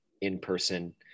in-person